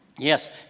Yes